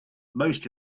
most